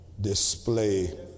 display